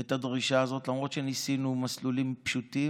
את הדרישה הזאת, למרות שניסינו מסלולים פשוטים,